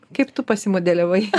kaip tu pasimodeliavai